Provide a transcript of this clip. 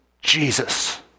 Jesus